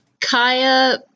kaya